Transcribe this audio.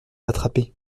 attraper